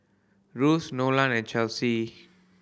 Russ Nolan and Chelsi